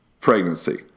pregnancy